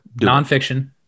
nonfiction